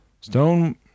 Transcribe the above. Stone